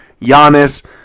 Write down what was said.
Giannis